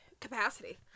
capacity